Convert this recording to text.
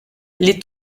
les